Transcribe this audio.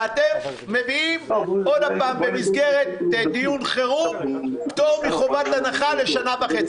ואתם מביאים עוד פעם במסגרת דיון חירום פטור מחובת הנחה לשנה וחצי.